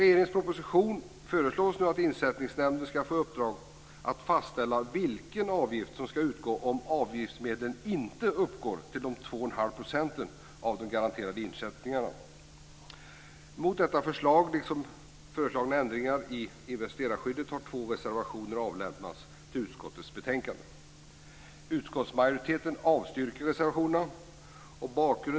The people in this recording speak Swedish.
I regeringens proposition föreslås nu att Insättningsgarantinämnden ska få i uppdrag att fastställa den avgift som ska utgå om avgiftsmedlen inte uppgår till 2 1⁄2 % av de garanterade insättningarna. Mot detta förslag och mot förslaget om ändringar i investerarskyddet har två reservationer fogats till utskottets betänkande. Utskottsmajoriteten avstyrker reservationerna.